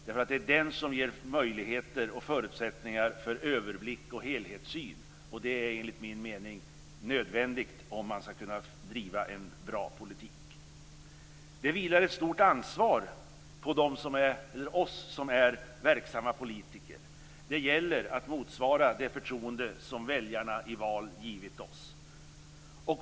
Det är den som ger möjligheter och förutsättningar för överblick och helhetssyn, och det är enligt min mening nödvändigt om man skall kunna driva en bra politik. Det vilar ett stort ansvar på oss som är verksamma politiker. Det gäller att motsvara det förtroende som väljarna i val har givit oss.